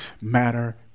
matter